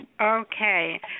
Okay